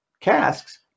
casks